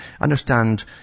Understand